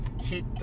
hit